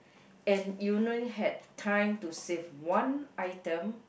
and you only had time to save one item